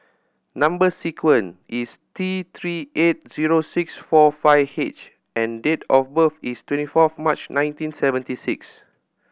number sequence is T Three two eight zero six four five H and date of birth is twenty fourth March nineteen seventy six